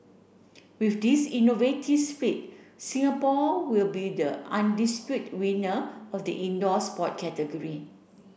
with this innovative split Singapore will be the undispute winner of the indoor sport category